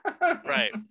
right